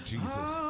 Jesus